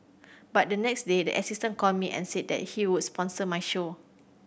but the next day the assistant called me and said that he would sponsor my show